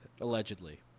Allegedly